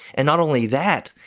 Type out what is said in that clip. and not only that,